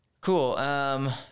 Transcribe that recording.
Cool